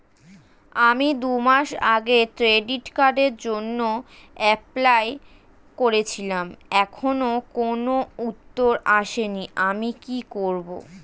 আমি দুমাস আগে ক্রেডিট কার্ডের জন্যে এপ্লাই করেছিলাম এখনো কোনো উত্তর আসেনি আমি কি করব?